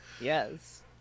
yes